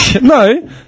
No